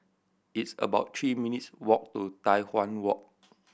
it's about three minutes' walk to Tai Hwan Walk